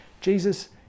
Jesus